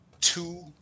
two